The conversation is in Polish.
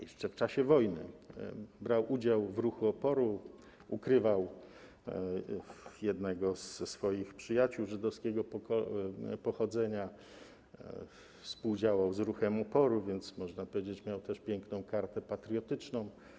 Jeszcze w czasie wojny brał udział w ruchu oporu, ukrywał jednego ze swoich przyjaciół żydowskiego pochodzenia, współdziałał z ruchem oporu, więc można powiedzieć, że miał też piękną kartę patriotyczną.